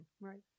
Right